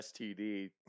STD